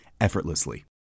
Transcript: effortlessly